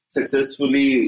successfully